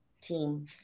team